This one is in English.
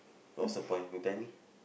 what's the point you tell me